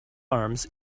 arms